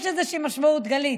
יש איזושהי משמעות, גלית.